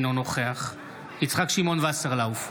אינו נוכח יצחק שמעון וסרלאוף,